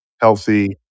healthy